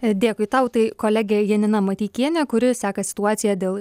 dėkui tau tai kolegė janina mateikienė kuri seka situaciją dėl